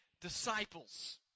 disciples